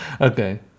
Okay